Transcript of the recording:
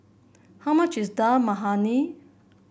how much is Dal Makhani